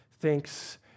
thinks